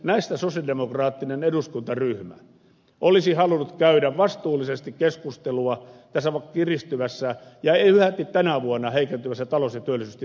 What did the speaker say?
näistä sosialidemokraattinen eduskuntaryhmä olisi halunnut käydä vastuullisesti keskustelua tässä kiristyvässä ja yhäti tänä vuonna heikentyvässä talous ja työllisyystilanteessa